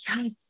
yes